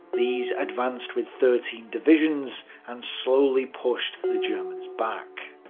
these advanced with thirteen divisions and slowly pushed the germans back.